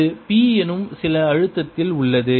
இது p எனும் சில அழுத்தத்தில் உள்ளது